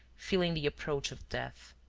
feeling the approach of death.